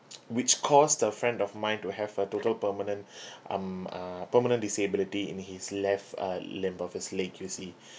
which caused the friend of mine to have a total permanent um uh permanent disability in his left uh limb of his leg you see